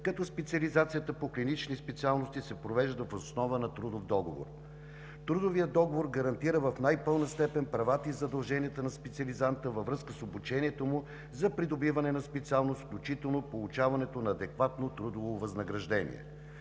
като специализацията по клинични специалности се провежда въз основа на трудов договор. Трудовият договор гарантира в най-пълна степен правата и задълженията на специализанта във връзка с обучението му за придобиване на специалност, включително получаването на адекватно трудово възнаграждение.